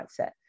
mindset